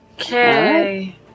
Okay